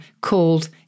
called